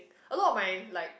a lot of my like